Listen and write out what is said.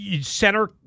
center